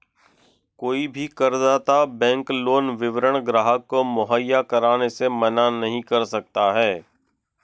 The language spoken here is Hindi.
कोई भी करदाता बैंक लोन विवरण ग्राहक को मुहैया कराने से मना नहीं कर सकता है